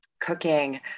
cooking